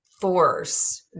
force